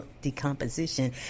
decomposition